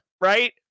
right